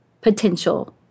potential